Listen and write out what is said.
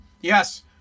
Yes